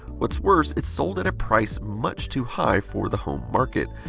what's worse, it sold at a price much too high for the home market.